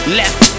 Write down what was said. left